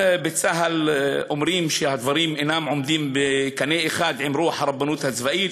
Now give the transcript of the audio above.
בצה"ל אומרים שהדברים אינם עולים בקנה אחד עם רוח הרבנות הצבאית,